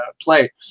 play